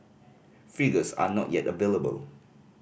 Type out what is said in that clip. figures are not yet available